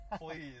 Please